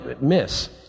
miss